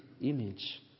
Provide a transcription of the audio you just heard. image